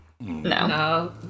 no